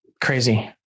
Crazy